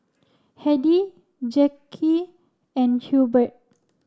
Hedy Jacque and Hubert